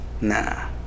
Nah